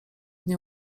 nie